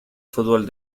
fútbol